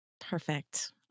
Perfect